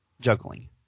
juggling